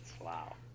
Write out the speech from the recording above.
Wow